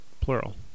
plural